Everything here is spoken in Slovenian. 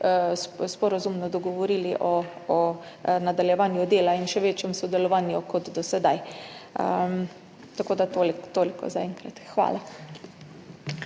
sporazumno dogovorili o nadaljevanju dela in še večjem sodelovanju kot do sedaj. Toliko zaenkrat. Hvala.